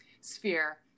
sphere